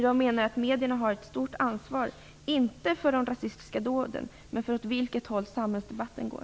Jag menar att medierna har ett stort ansvar - inte för de rasistiska dåden men för åt vilket håll samhällsdebatten går.